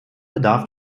bedarf